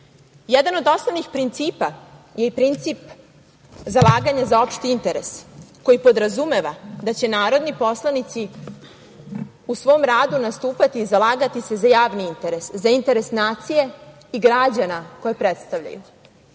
od osnovnih principa je i princip zalaganja za opšti interes koji podrazumeva da će narodni poslanici u svom radu nastupati i zalagati se za javni interes, za interes nacije i građana koje predstavljaju,